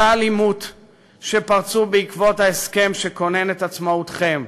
האלימות שפרצו בעקבות ההסכם שכונן את עצמאותכם.